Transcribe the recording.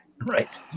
Right